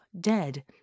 dead